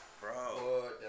Bro